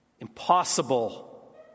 impossible